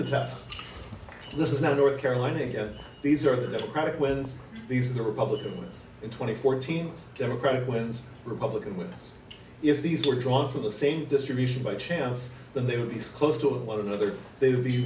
facts this is not north carolina yet these are the democratic wins these are the republicans in twenty fourteen democratic wins republican wins if these were drawn from the same distribution by chance then they would be so close to one another they would be